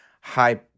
high